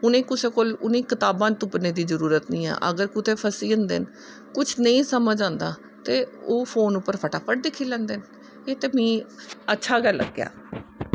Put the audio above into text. उनें कुसै कोल उ'नेंगी कताबां तुप्पनें दी जरूरत नी ऐ अगर कुतै फसी जंदे न कुछ नेंई समझ आंदा तां ओह् फोन पर फटाफट दिक्खी लैंदे न एह् ते मींअच्छा गै लग्गेआ